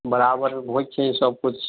बराबर होइत छै सभ किछु